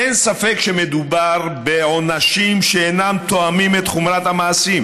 אין ספק שמדובר בעונשים שאינם תואמים את חומרת המעשים.